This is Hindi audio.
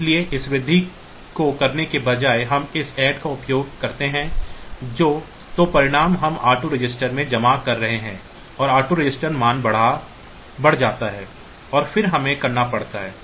इसीलिए इस वृद्धि को करने के बजाय हम इस ऐड का उपयोग करते हैं तो परिणाम हम r2 रजिस्टर में जमा कर रहे हैं और r 2 रजिस्टर मान बढ़ जाता है और फिर हमें करना पड़ता है